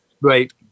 Right